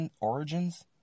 origins